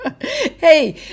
Hey